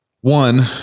one